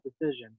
decision